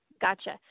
Gotcha